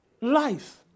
life